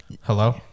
Hello